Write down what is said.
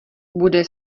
bude